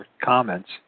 comments